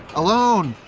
alone.